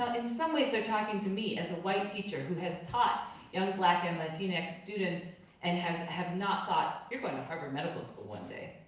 in some ways they're talking to me, as a white teacher, who has taught young black and latinx students, and has not thought, you're going to harvard medical school one day.